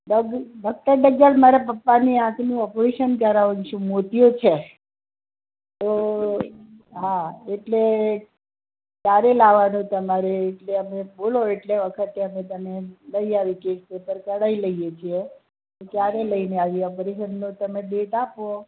doc doctor Pragyan મારે પપ્પાની આંખનું ઓપરેશન કરાવવાનું છે મોતીયો છે તો હા એટલે ક્યારે લાવવાનું તમારે એટલે તમે બોલો એટલે એ વખતે અમે લઇ આવીશું ટોકન કઢાવી લઈએ છીએ તો ક્યારે લઈને આવીએ ઓપરેશનનો તમે ડેટ આપો